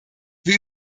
wir